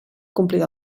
complir